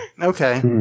Okay